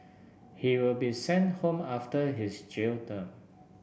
he will be sent home after his jail term